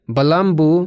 Balambu